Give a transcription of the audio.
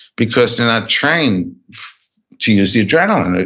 because they're not trained to use the adrenaline, ah